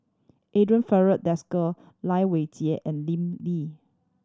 Andre Filipe Desker Lai Weijie and Lim Lee